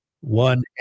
One